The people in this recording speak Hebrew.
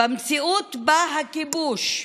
במציאות שבה הכיבוש,